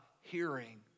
hearing